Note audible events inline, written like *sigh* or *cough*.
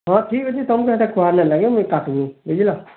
ହଁ ଠିକ୍ ଅଛେ ତମ୍କୁ ହେଟା କୁହା ନାଇ ଲାଗେ *unintelligible* ମୁଇଁ କାଟ୍ମି ବୁଝ୍ଲ